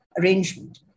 arrangement